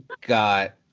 got